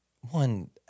one